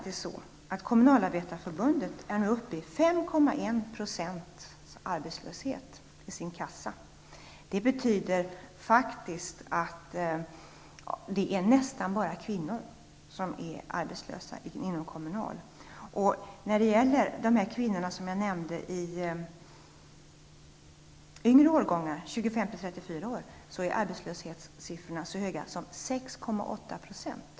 Inom kommunalarbetarförbundet är arbetslösheten faktiskt uppe i 5,1 %, och den gruppen består nästan enbart av kvinnor. Bland kvinnor i åldrarna 25--34 år är arbetslösheten så hög som 6,8 %.